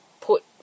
put